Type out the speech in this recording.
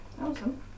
Awesome